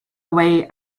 away